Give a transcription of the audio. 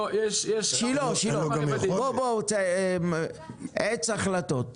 שילה, עץ החלטות.